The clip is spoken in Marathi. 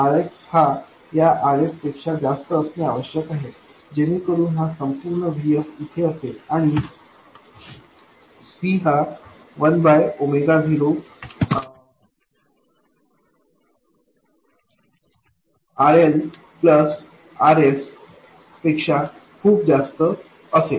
Rx हा या Rs पेक्षा खूप जास्त असणे आवश्यक आहे जेणेकरून हा संपूर्ण Vs इथे असेल आणि C1 ≫10Rs Rxअसेल